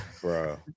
Bro